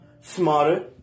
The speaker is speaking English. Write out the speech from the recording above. Smarter